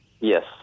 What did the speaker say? Yes